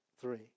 three